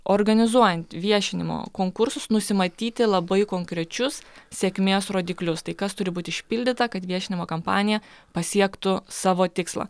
organizuojant viešinimo konkursus nusimatyti labai konkrečius sėkmės rodiklius tai kas turi būti išpildyta kad viešinimo kampanija pasiektų savo tikslą